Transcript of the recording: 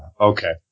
Okay